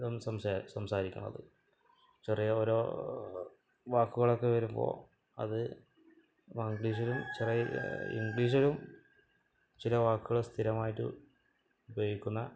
ഇതും സംസാ സംസാരിക്കണത് ചെറിയ ഓരോ വാക്കുകളൊക്കെ വരുമ്പോൾ അത് മംഗ്ലീഷിലും ചില ഇംഗ്ലീഷിലും ചില വാക്കുകൾ സ്ഥിരമായിട്ട് ഉപയോഗിക്കുന്ന